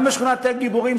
גם בשכונת תל-גיבורים,